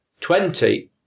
Twenty